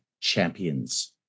champions